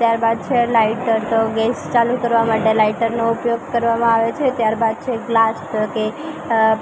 ત્યારબાદ છે લાઇટર તો ગેસ ચાલુ કરવા માટે લાઇટરનો ઉપયોગ કરવામાં આવે છે ત્યારબાદ છે ગ્લાસ તોકે